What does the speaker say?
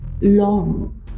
long